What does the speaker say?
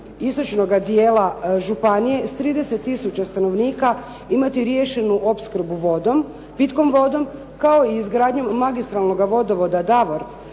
istočnoga dijela županije s 30 tisuća stanovnika imati riješenu opskrbu pitkom vodom, kao i izgradnjom magistralnog vodovoda "Davor"